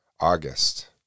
august